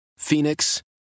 Phoenix